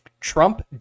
Trump